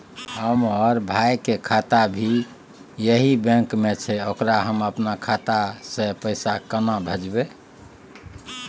हमर भाई के खाता भी यही बैंक में छै ओकरा हम अपन खाता से पैसा केना भेजबै?